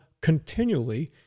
continually